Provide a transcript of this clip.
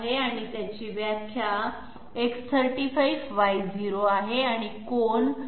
आणि त्याची व्याख्या X35Y0 आणि कोन 90 अशी केली आहे